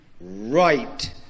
right